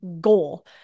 goal